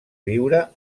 viure